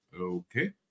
okay